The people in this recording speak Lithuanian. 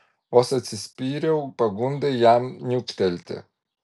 vos atsispyriau pagundai jam niuktelėti